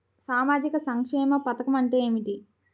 సామాజిక సంక్షేమ పథకం అంటే ఏమిటి?